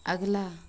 अगला